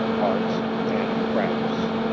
arts, and crafts.